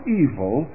evil